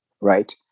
Right